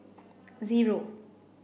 zero